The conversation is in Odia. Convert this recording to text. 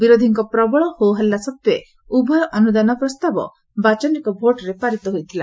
ବିରୋଧୀଙ୍କ ପ୍ରବଳ ହୋ ହାଲ୍ଲା ସତ୍ୱେ ଉଭୟ ଅନୁଦାନ ପ୍ରସ୍ତାବ ବାଚନିକ ଭୋଟରେ ପାରିତ ହୋଇଥିଲା